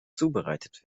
zubereitet